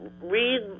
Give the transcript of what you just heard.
read